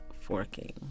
forking